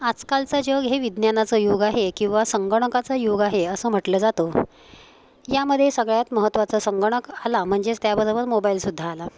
आजकालचं जग हे विज्ञानाचं युग आहे किंवा संगणकाचं युग आहे असं म्हटलं जातं यामध्ये सगळ्यात महत्वाचा संगणक आला म्हणजेच त्याबरोबर मोबाईलसुद्धा आला